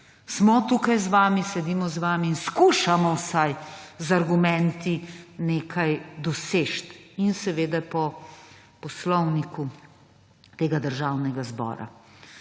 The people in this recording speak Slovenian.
tukaj z vami, sedimo z vami in skušamo vsaj z argumenti nekaj doseči, seveda po Poslovniku Državnega zbora.